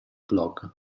blog